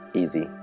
easy